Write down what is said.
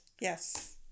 Yes